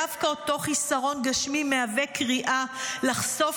דווקא אותו חיסרון גשמי מהווה קריאה לחשוף